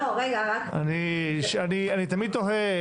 אני תמיד תוהה,